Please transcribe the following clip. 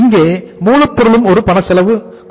இங்கே மூலப்பொருளும் ஒரு பணச்செலவு கூறு ஆகும்